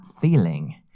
feeling